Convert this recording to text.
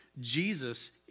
Jesus